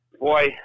Boy